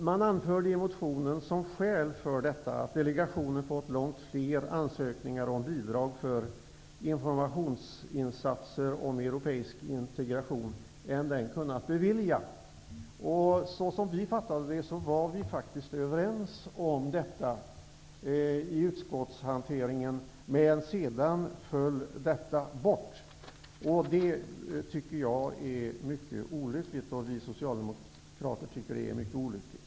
Man anför i motionen som skäl att delegationen fått långt fler ansökningar om bidrag för informationsinsatser om europeisk integration än vad den kunnat bevilja. Såsom jag uppfattade det var vi i utskottshanteringen överens om detta. Men sedan föll frågan bort. Det tycker vi socialdemokrater är mycket olyckligt.